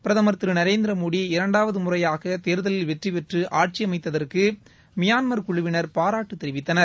பிரதமர் திரு நரேந்திர மோடி இரண்டாவது முறையாக தேர்தலில் வெற்றிபெற்று ஆட்சி அமைத்ததற்கு மியான்மர் குழுவினர் பாராட்டுத் தெரிவித்தனர்